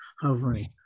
hovering